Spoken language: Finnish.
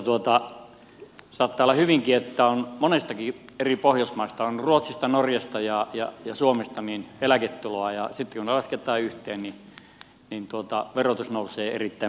saattaa olla hyvinkin että on monestakin eri pohjoismaasta on ruotsista norjasta ja suomesta eläketuloa ja sitten kun ne lasketaan yhteen niin verotus nousee erittäin merkittävästi